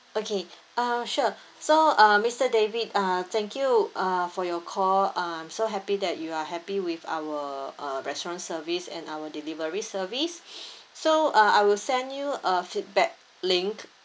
okay uh sure so uh mister david uh thank you uh for your call um so happy that you are happy with our uh restaurant service and our delivery service so uh I will send you a feedback link